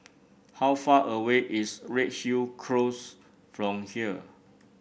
how far away is Redhill Close from here